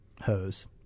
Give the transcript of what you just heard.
hose